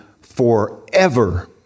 forever